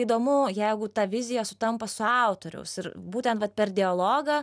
įdomu jeigu ta vizija sutampa su autoriaus ir būtent vat per dialogą